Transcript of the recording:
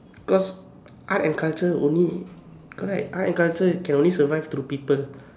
cause art and culture only correct art and culture can only survive through people